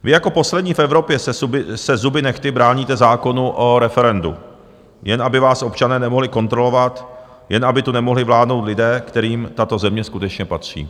Vy jako poslední v Evropě se zuby nehty bráníte zákonu o referendu, jen aby vás občané nemohli kontrolovat, jen aby tu nemohli vládnout lidé, kterým tato země skutečně patří.